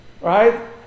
right